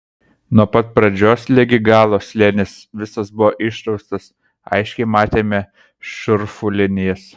nuo pat pradžios ligi galo slėnis visas buvo išraustas aiškiai matėme šurfų linijas